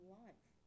life